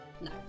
No